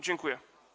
Dziękuję.